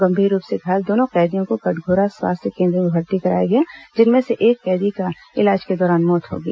गंभीर रूप से घायल दोनों कैदियों को कटघोरा स्वास्थ्य केन्द्र में भर्ती कराया गया जिनमें से एक कैदी की इलाज के दौरान मौत हो गई